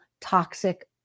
toxic